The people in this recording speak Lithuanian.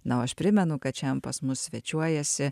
na o aš primenu kad šiaan pas mus svečiuojasi